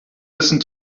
listen